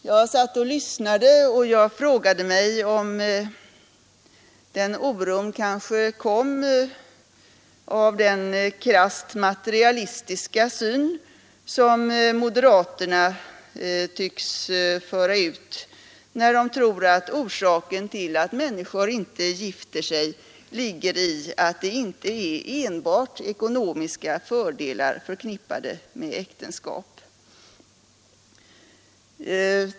Jag satt och lyssnade och frågade mig om den oron kanske kommer av den krasst materialistiska syn som moderaterna tycks lägga, när de tror att orsaken till att människor inte gifter sig skulle vara att det inte är enbart ekonomiska fördelar förknippade med äktenskap.